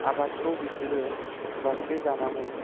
आबादखौ बिसोरो जासे जानानै